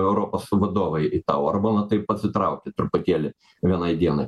europos vadovai tą orbano tai pasitraukė truputėlį vienai dienai